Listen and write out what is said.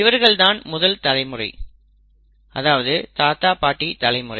இவர்கள் தான் முதல் தலைமுறை அதாவது தாத்தா பாட்டி தலைமுறை